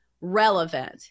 relevant